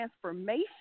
transformation